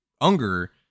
Unger